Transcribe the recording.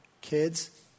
Kids